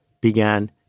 began